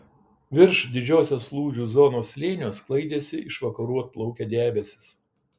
virš didžiosios lūžių zonos slėnio sklaidėsi iš vakarų atplaukę debesys